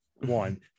one